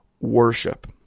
worship